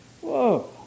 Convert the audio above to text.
Whoa